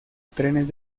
trenes